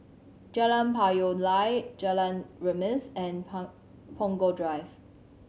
Jalan Payoh Lai Jalan Remis and Punggol Drive